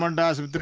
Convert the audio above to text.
um and doesn't